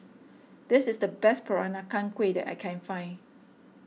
this is the best Peranakan Kueh that I can find